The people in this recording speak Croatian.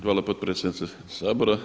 Hvala potpredsjednice Sabora.